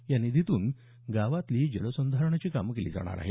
या निधीतून गावातली जलसंधारणाची कामं केली जाणार आहेत